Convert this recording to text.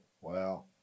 Wow